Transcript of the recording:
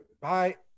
Bye